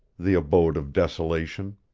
the abode of desolation.